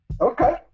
Okay